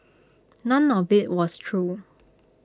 none of IT was true